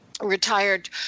retired